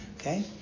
Okay